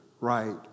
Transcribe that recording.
right